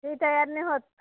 मी तयार नाही होत